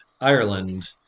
Ireland